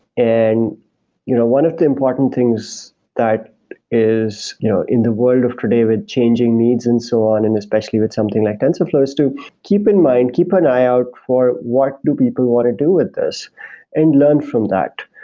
and you know one of the important things that is you know in the world of today with changing things and so on and especially with something like tensorflow is to keep in mind, keep an eye out for what do people want to do with this and learn from that.